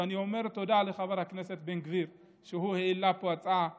ואני אומר תודה לחבר הכנסת בן גביר על כך שהעלה פה הצעה דומה.